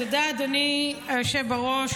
תודה, אדוני היושב בראש.